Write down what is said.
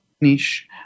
niche